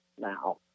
now